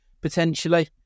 Potentially